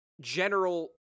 general